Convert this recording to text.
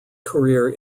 career